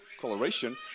Coloration